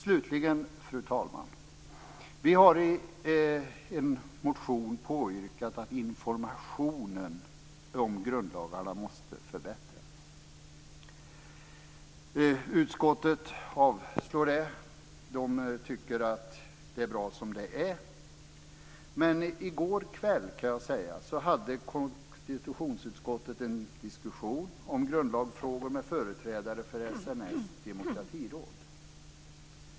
Slutligen, fru talman, har vi i en motion yrkat på att informationen om grundlagarna måste förbättras. Utskottet avslår detta, och tycker att det är bra som det är. Men i går kväll förde konstitutionsutskottet en diskussion om grundlagsfrågor med företrädare för SNS demokratiråd.